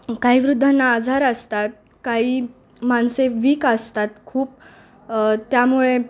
काही वृद्धांना आजार असतात काही माणसे वीक असतात खूप त्यामुळे